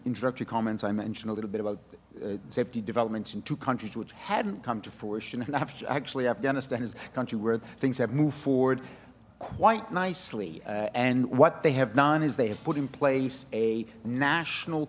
introductory comments i mentioned a little bit about safety developments in two countries which hadn't come to force you know actually afghanistan is a country where things have moved forward quite nicely and what they have done is they have put in place a national